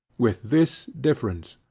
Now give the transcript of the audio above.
with this difference,